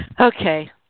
okay